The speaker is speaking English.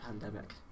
pandemic